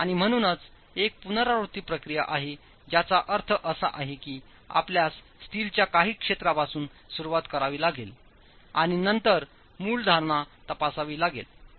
आणि म्हणूनच एक पुनरावृत्ती प्रक्रिया आहे ज्याचा अर्थ असा आहे की आपल्यासस्टीलच्या काही क्षेत्रापासूनसुरुवात करावी लागेलआणि नंतर मूळ धारणा तपासावी लागेल